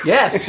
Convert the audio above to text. Yes